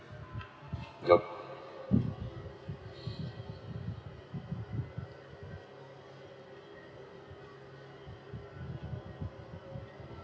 ya